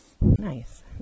nice